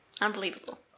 Unbelievable